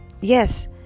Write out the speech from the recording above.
Yes